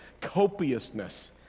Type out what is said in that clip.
Copiousness